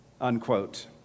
unquote